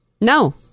No